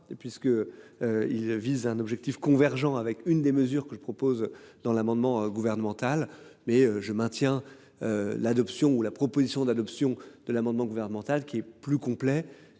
puisque. Il vise un objectif convergents avec une des mesures que je propose dans l'amendement gouvernemental mais je maintiens. L'adoption ou la proposition d'adoption de l'amendement gouvernemental qui est plus complet,